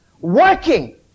working